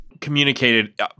communicated